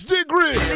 Degree